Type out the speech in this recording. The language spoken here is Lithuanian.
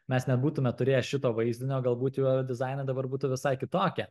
mes nebūtume turėję šito vaizdinio galbūt jo dizainai dabar būtų visai kitokie